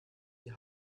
die